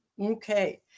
Okay